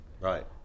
Right